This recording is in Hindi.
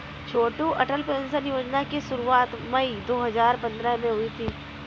छोटू अटल पेंशन योजना की शुरुआत मई दो हज़ार पंद्रह में हुई थी